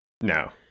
No